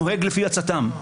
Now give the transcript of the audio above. נוהג לפי עצתם.